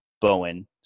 Bowen